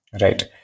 right